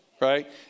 right